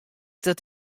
dat